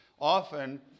Often